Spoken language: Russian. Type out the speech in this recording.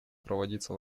проводиться